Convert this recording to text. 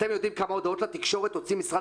אתם יודעים כמה הודעות לתקשורת הוציא משרד